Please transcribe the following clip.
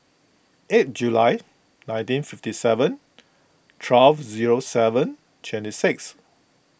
eight July nineteen fifty seven twelve zero seven twenty six